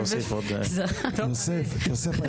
יוסף היקר,